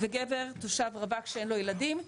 וגבר תושב רווק שאין לו ילדים.